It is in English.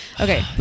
Okay